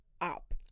up